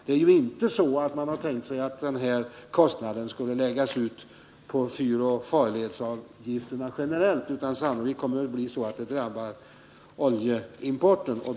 Man har inte tänkt sig att den här kostnaden skulle läggas ut på fyroch farledsvaruavgifterna generellt, utan sannolikt kommer det att bli så att det är hamnarna i anslutning till oljeimporten som drabbas.